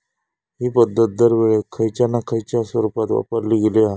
हि पध्दत दरवेळेक खयच्या ना खयच्या स्वरुपात वापरली गेली हा